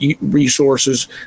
resources